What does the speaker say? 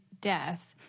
death